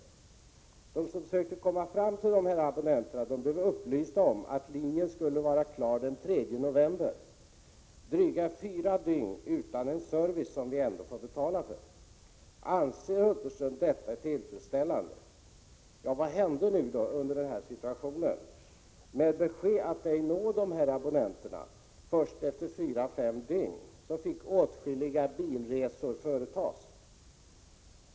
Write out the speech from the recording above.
De som sökte komma fram till dessa abonnenter blev upplysta om att linjen skulle vara klar den 3 november — drygt fyra dygn skulle vi vara utan en service som vi ändå får betala för. Anser herr Hulterström detta tillfredsställande? Vad hände i denna situation? Efter besked om att man kunde nå dessa abonnenter först efter fyra fem dygn fick åtskilliga bilresor företas.